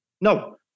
No